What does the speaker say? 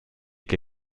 che